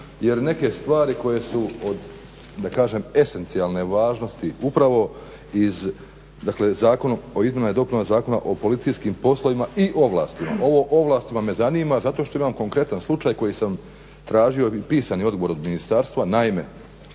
jer neke stvari koje su od da kažem esencijalne važnosti upravo iz dakle Zakon o izmjenama i dopunama Zakona o policijskim poslovima i ovlastima. Ovo ovlastima me zanima zato što imam konkretan slučaj koji sam tražio, pisani odgovor od ministarstva. Naime,